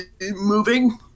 moving